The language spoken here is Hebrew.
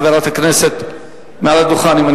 חברת הכנסת יחימוביץ.